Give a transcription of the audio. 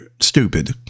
stupid